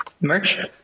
Merch